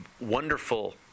Wonderful